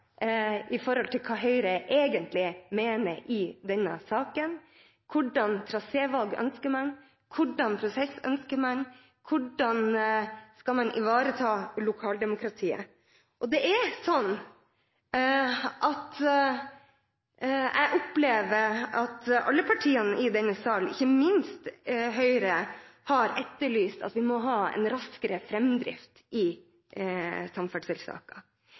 hva Høyre egentlig mener i denne saken, hva slags trasévalg ønsker man, hva slags prosess ønsker man, og hvordan skal man ivareta lokaldemokratiet? Jeg opplever det slik at alle partiene i denne sal, ikke minst Høyre, har etterlyst at vi må ha en raskere framdrift i samferdselssaker.